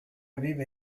vive